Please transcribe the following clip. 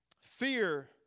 Fear